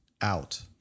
out